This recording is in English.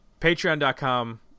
patreon.com